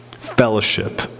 fellowship